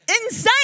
insane